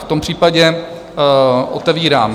V tom případě otevírám...